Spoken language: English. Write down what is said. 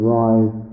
rise